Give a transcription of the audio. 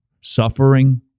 suffering